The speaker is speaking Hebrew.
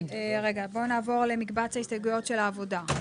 רגע, בואו נעבור למקבץ ההסתייגויות של "העבודה".